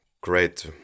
great